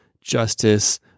justice